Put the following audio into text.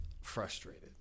frustrated